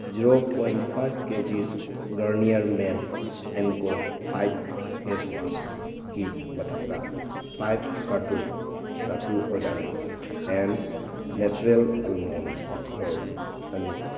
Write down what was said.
zero point five kegs Garnier men ꯑꯦꯟꯀꯣ fight face wash ꯃꯊꯛꯇ five carton Dhatu organics and natural almonds flour ꯑꯅꯤ